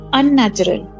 unnatural